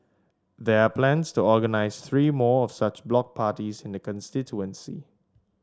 there are plans to organise three more of such block parties in the constituency